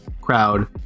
crowd